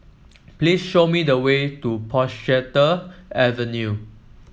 please show me the way to Portchester Avenue